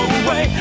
away